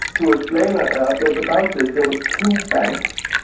to explain a ah bit about this, there were two banks,